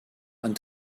ond